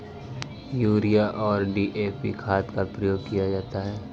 urea और DAP खाद का प्रयोग किया जाता है